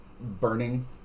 burning